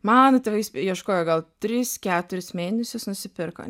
mano tėvai ieškojo gal tris keturis mėnesius nusipirko